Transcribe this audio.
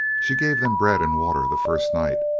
she gave them bread and water the first night,